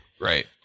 Right